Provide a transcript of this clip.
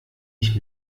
ich